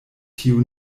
tiu